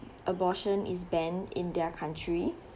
abortion is banned in their country